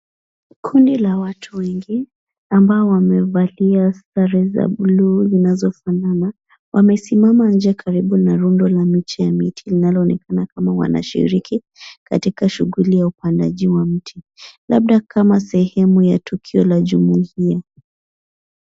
Kundi la watu wengi ambao wamevalia sare za bluu zinazofanana wamesimama nje karibu na rundo la miche ya miti linaonekana kama wanashiriki katika shughuli ya upandaji wa miti labda kama sehemu ya tukio la jumuia.